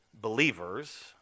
believers